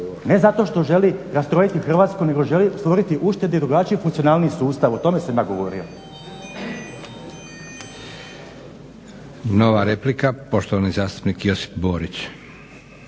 ne zato što želi rastrojiti Hrvatsku nego želi stvoriti uštede i drugačiji funkcionalni sustav. O tome sam ja govorio. **Leko, Josip (SDP)** Nova replika, poštovani zastupnik Josip Borić.